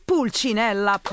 Pulcinella